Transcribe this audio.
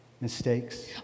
mistakes